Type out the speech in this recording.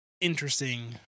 interesting